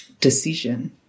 decision